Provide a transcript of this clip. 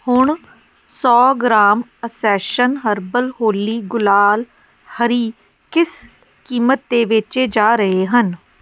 ਹੁਣ ਸੌ ਗ੍ਰਾਮ ਅਸੈਸ਼ਨ ਹਰਬਲ ਹੋਲੀ ਗੁਲਾਲ ਹਰੀ ਕਿਸ ਕੀਮਤ 'ਤੇ ਵੇਚੇ ਜਾ ਰਹੇ ਹਨ